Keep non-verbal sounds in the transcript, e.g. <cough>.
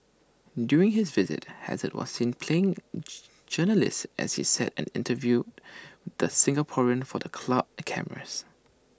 during his visit hazard was seen playing <unintelligible> journalist as he sat and interviewed the Singaporean for the club cameras